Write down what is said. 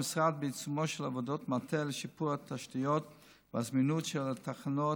המשרד בעיצומו של עבודות מטה לשיפור התשתיות והזמינות של התחנות